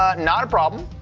ah not a problem,